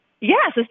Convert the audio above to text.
Yes